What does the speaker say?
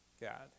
God